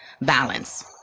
balance